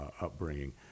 upbringing